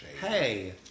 hey